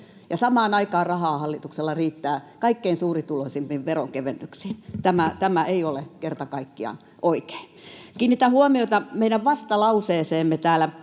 samaan aikaan hallituksella riittää rahaa kaikkein suurituloisimpien veronkevennyksiin. Tämä ei ole kerta kaikkiaan oikein. Kiinnitän huomiota meidän vastalauseeseemme. Tässä